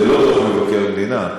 זה לא דוח מבקר המדינה,